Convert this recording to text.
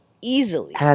easily